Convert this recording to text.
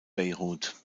beirut